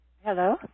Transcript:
Hello